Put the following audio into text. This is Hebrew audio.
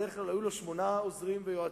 בדרך כלל היו לו שמונה עוזרים ויועצים,